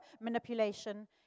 manipulation